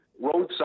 roadside